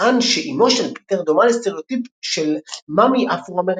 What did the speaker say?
טען שאמו של פיטר דומה לסטריאוטיפ של מאמי אפרו-אמריקאית.